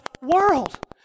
world